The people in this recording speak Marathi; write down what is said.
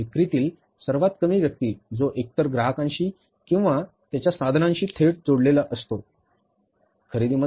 विक्रीतील सर्वात कमी व्यक्ती जो एकतर ग्राहकांशी किंवा त्याच्या साधनांशी थेट जोडलेला असतो किंवा विक्रीचे लक्ष्य निश्चित करण्यासाठी हे खूप महत्वाचे असते